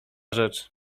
rzecz